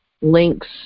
links